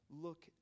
look